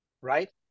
right